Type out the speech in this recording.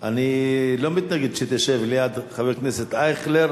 אני לא מתנגד שתשב ליד חבר כנסת אייכלר